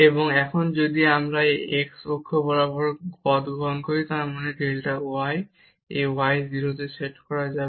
এবং এখন যদি আমরা এখানে x অক্ষ বরাবর পথ গ্রহণ করি তার মানে ডেল্টা y এই y 0 তে সেট করা হবে